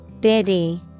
Biddy